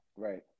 Right